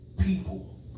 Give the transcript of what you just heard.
people